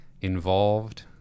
involved